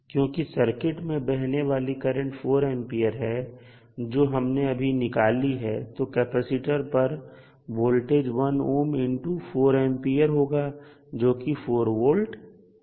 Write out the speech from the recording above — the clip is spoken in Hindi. क्योंकि सर्किट में बहने वाली करंट 4A है जो हमने अभी निकाली है तो कैपेसिटर पर वोल्टेज 1 ohm 4A होगा जोकि 4V होगी